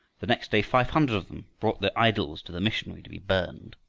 the next day five hundred of them brought their idols to the missionary to be burned.